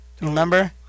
Remember